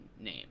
name